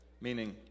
meaning